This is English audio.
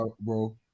bro